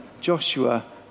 Joshua